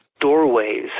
doorways